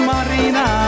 Marina